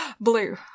blue